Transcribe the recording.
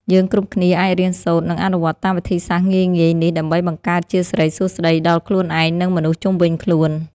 យើងគ្រប់គ្នាអាចរៀនសូត្រនិងអនុវត្តតាមវិធីសាស្ត្រងាយៗនេះដើម្បីបង្កើតជាសិរីសួស្តីដល់ខ្លួនឯងនិងមនុស្សជុំវិញខ្លួន។